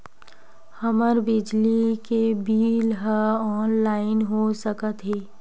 हमर बिजली के बिल ह ऑनलाइन हो सकत हे?